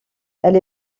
elle